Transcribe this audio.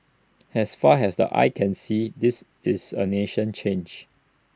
has far has the eye can see this is A nation changed